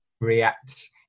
react